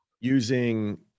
using –